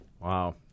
Wow